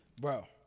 bro